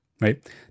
right